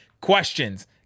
questions